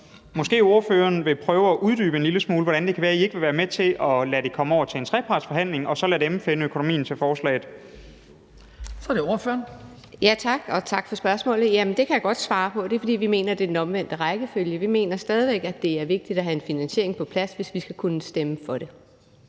måske ordføreren vil prøve at uddybe en lille smule, hvordan det kan være, I ikke vil være med til at lade det komme over til en trepartsforhandling og så lade parterne dér finde økonomien til forslaget. Kl. 20:20 Den fg. formand (Hans Kristian Skibby): Så er det ordføreren. Kl. 20:20 Charlotte Munch (DD): Tak, og tak for spørgsmålet. Jamen det kan jeg godt svare på. Det er, fordi vi mener, det er den omvendte rækkefølge. Vi mener stadig væk, at det er vigtigt at have en finansiering på plads, hvis vi skal kunne stemme for det.